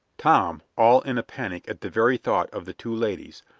tom, all in a panic at the very thought of the two ladies,